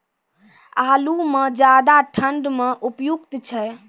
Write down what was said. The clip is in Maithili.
आलू म ज्यादा ठंड म उपयुक्त छै?